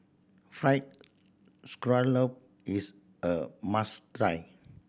Fried Scallop is a must try